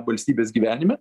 valstybės gyvenime